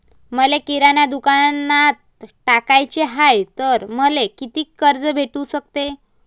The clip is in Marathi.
मले किराणा दुकानात टाकाचे हाय तर मले कितीक कर्ज भेटू सकते?